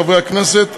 חברי הכנסת,